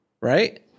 right